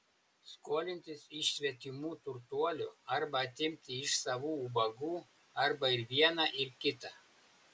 skolintis iš svetimų turtuolių arba atimti iš savų ubagų arba ir viena ir kita